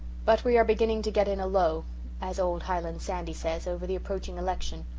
but we are beginning to get in a low as old highland sandy says, over the approaching election.